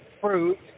fruit